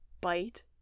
bite